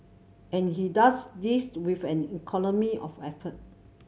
and he does this with an economy of effort